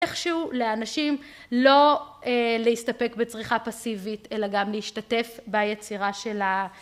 איכשהו לאנשים לא להסתפק בצריכה פסיבית אלא גם להשתתף ביצירה של